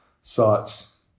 site's